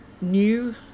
new